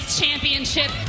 championship